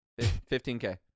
15K